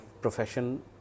profession